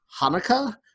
hanukkah